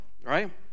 right